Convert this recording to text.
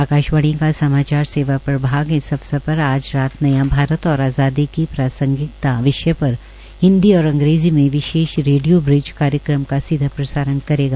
आकाशवाणी का समाचार सेवा प्रभाग इस अवसर पर आज रात नया भारत और आजादी की प्रासंगिकता विषय पर हिन्दी और अंग्रेजी में विशेष रेडियो ब्रिज कार्यक्रम का सीधा प्रसारण करेगा